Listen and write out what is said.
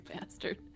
bastard